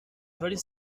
avaler